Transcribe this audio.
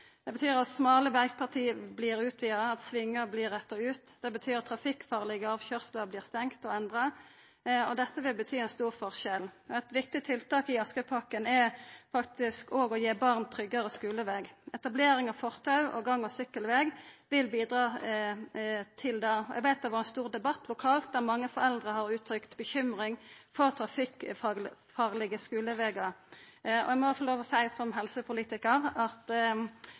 Det betyr at smale vegparti blir utvida, at svingar blir retta ut, at trafikkfarlege avkøyringar vert stengde og endra, og dette vil bety ein stor forskjell. Eit viktig tiltak i Askøypakken er faktisk òg å gi barn tryggare skuleveg. Etablering av fortau og gang- og sykkelveg vil bidra til det. Eg veit at det har vore ein stor debatt lokalt, der mange foreldre har uttrykt bekymring for trafikkfarlege skulevegar. Eg må, som helsepolitikar, få lov til å seia at det å gi barn trygge skulevegar, og det å